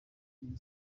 iyi